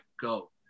go